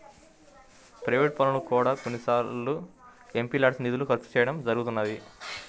private పనులకు కూడా కొన్నిసార్లు ఎంపీల్యాడ్స్ నిధులను ఖర్చు చేయడం జరుగుతున్నది